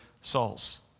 souls